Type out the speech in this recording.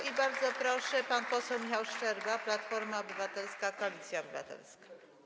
I bardzo proszę, pan poseł Michał Szczerba, Platforma Obywatelska - Koalicja Obywatelska.